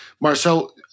Marcel